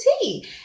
tea